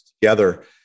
together